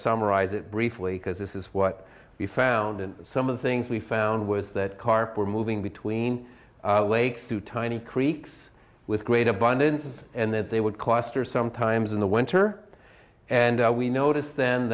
summarize it briefly because this is what we found in some of the things we found was that carp were moving between lakes through tiny creeks with great abundance and that they would cost or sometimes in the winter and we noticed th